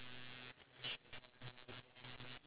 would you want to try it one day